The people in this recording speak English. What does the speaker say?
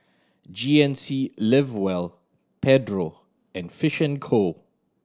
G N C Live well Pedro and Fish and Co